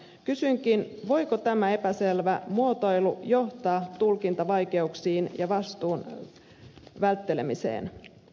kysynkin voiko tämä epäselvä muotoilu johtaa tulkintavaikeuksiin ja vastuun välttelemiseen